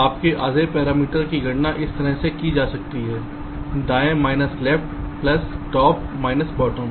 तो आपके आधे पैरामीटर की गणना इस तरह की जा सकती है दाएं minus left plus top minus bottom